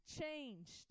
changed